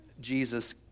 Jesus